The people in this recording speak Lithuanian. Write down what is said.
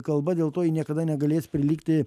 kalba dėl to ji niekada negalės prilygti